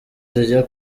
zijya